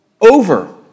over